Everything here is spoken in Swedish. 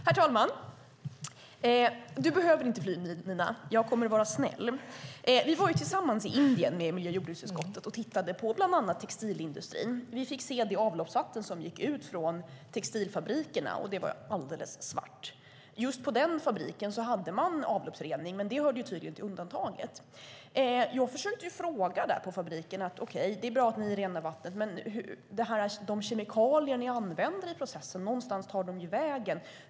Herr talman! Nina och jag var i Indien tillsammans med miljö och jordbruksutskottet och tittade på bland annat textilindustrin. Vi fick se det avloppsvatten som gick ut från textilfabrikerna; det var alldeles svart. På den fabriken hade man avloppsrening, men det hörde tydligen till undantagen. Jag försökte ställa frågor, och sade att det är bra att ni renar vattnet, men de kemikalier ni använder i processen måste ju ta vägen någonstans.